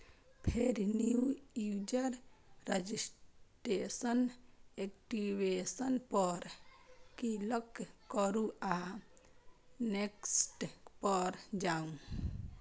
फेर new user registration, activation पर click करू आ नेक्स्ट पर जाउ